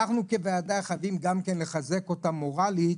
אנחנו כוועדה חייבים לחזק אותם מורלית,